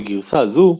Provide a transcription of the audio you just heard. בגרסה זו